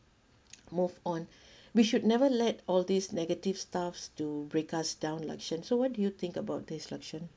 move on we should never let all these negative stuffs to break us down lakshen so what do you think about this lakshen